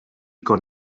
con